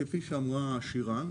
כפי שאמרה שירן,